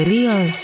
Real